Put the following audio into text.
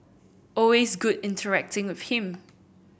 always good interacting with him